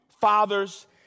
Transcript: fathers